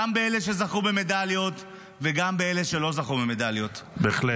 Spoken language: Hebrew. גם באלה שזכו במדליות וגם באלה שלא זכו במדליות -- בהחלט.